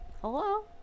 hello